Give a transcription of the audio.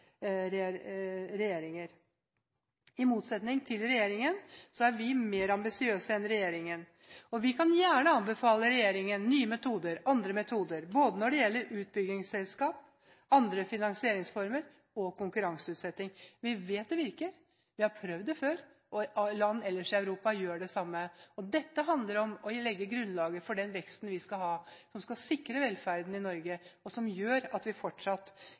kommende regjeringer. I motsetning til regjeringen er vi mer ambisiøse, og vi kan gjerne anbefale regjeringen nye metoder, andre metoder, både når det gjelder utbyggingsselskap, andre finansieringsformer og konkurranseutsetting. Vi vet det virker, vi har prøvd det før, og land ellers i Europa gjør det samme. Og dette handler om å legge grunnlaget for den veksten vi skal ha, som skal sikre velferden i Norge, og som gjør at vi fortsatt